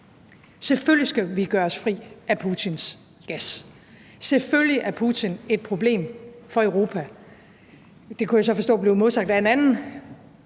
Selvfølgelig skal vi gøre os fri af Putins gas, og selvfølgelig er Putin et problem for Europa. Det kan jeg så forstå forleden dag blev modsagt af en anden